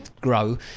grow